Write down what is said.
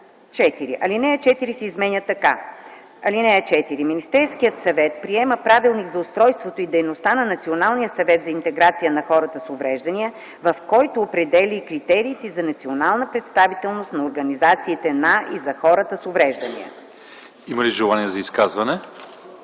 4. Алинея 4 се изменя така: „(4) Министерският съвет приема Правилник за устройството и дейността на Националния съвет за интеграция на хората с увреждания, в който определя и критериите за национална представителност на организациите на и за хората с увреждания.” ПРЕДСЕДАТЕЛ ЛЪЧЕЗАР